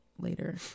later